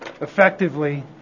effectively